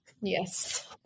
Yes